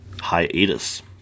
Hiatus